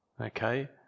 okay